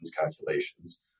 calculations